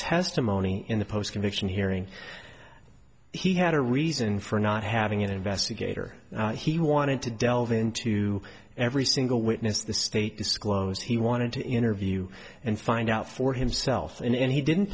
testimony in the post conviction hearing he had a reason for not having an investigator he wanted to delve into every single witness the state disclosed he wanted to interview and find out for himself and he didn't